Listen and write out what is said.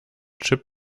chip